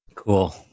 Cool